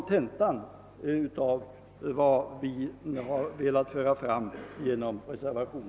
Detta är den egentliga anledningen till vår reservation.